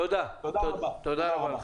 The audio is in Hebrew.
תודה רבה לך.